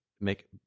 make